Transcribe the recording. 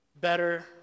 better